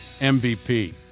MVP